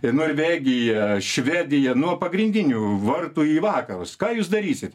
norvegiją švediją nuo pagrindinių vartų į vakarus ką jūs darysit